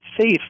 safe